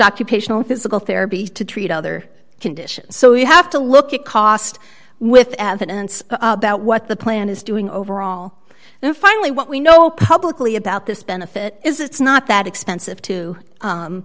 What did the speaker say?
occupational physical therapy to treat other conditions so you have to look at cost with evidence about what the plan is doing overall and finally what we know publicly about this benefit is it's not that expensive to